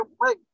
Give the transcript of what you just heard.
wait